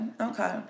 Okay